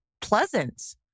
pleasant